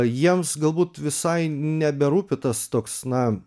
jiems galbūt visai neberūpi tas toks na